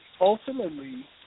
ultimately